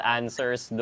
answers